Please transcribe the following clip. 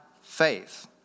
faith